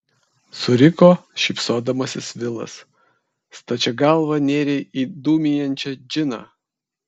suriko šypsodamasis vilas stačia galva nėrei į dūmijančią džiną